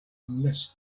unless